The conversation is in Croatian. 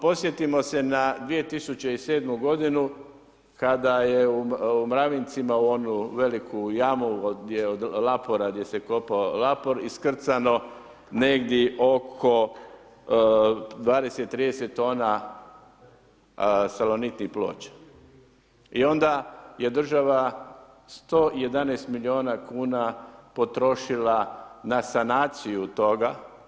Podsjetimo se na 2007. godinu kada je u Mravincima u onu veliku jamu od lapora gdje se kopao lapor iskrcano negdje oko 20, 30 tona salonitnih ploča i onda je država 111 milijuna kuna potrošila na sanaciju toga.